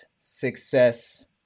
success